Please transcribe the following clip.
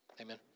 Amen